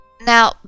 Now